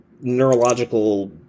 neurological